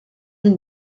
une